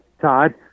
Todd